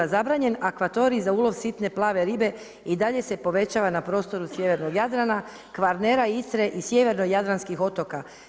Zabranjen akvatorij za ulov sitne plave ribe i dalje se povećava na prostoru sjevernog Jadrana, Kvarnera, Istre i sjeverno jadranskih otoka.